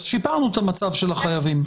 שיפרנו את המצב של החייבים.